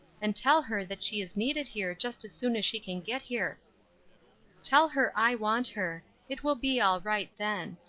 and tell her that she is needed here just as soon as she can get here tell her i want her it will be all right then.